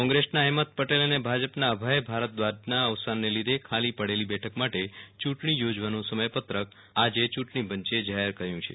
કોંગ્રેસના અહેમદ પટેલ અને ભાજપના અભય ભારદ્વાજના અવસાનને લીધે ખાલી પડેલી બેઠક માટે ચ્યું ટણી યોજવાનું સમય પત્રક આજે ચ્યું ટણી પંચે જાહેર થયું કર્યું છે